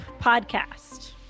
podcast